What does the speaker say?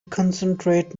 concentrate